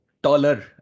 taller